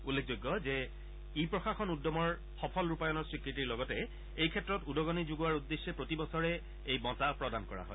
উল্লেখযোগ্য যে ই প্ৰশাসন উদ্যমৰ সফল ৰূপায়ণৰ স্বীকৃতিৰ লগতে এইক্ষেত্ৰত উদগণি যোগোৱাৰ উদ্দেশ্যে প্ৰতিবছৰে এই বঁটা প্ৰদান কৰা হয়